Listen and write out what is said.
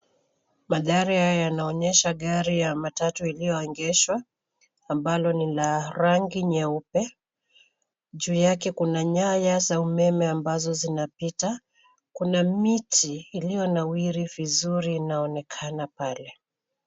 Mandhari haya yanaonyesha gari ya matatu iliyoegeshwa ambalo ni la rangi nyeupe. Juu yake kuna nyaya za umeme ambazo zinapita. Kuna miti iliyonawiri vizuri inaonekana pale.